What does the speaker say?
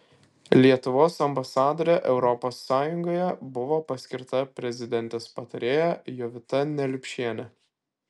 lietuvos ambasadore europos sąjungoje buvo paskirta prezidentės patarėja jovita neliupšienė